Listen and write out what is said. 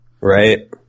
right